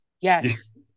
yes